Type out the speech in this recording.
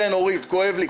אורית, כואב לי.